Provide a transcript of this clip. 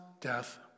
death